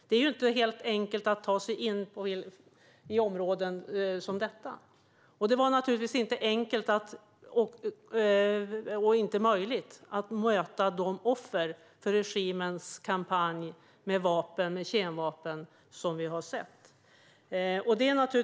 Det är inte helt enkelt att ta sig in i områden som detta, och det var naturligtvis inte enkelt eller möjligt att möta offren för den kampanj med kemvapen som vi har sett från regimen.